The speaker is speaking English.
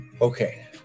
Okay